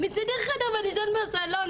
מצידי חדר ואני יישן בסלון,